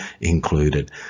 included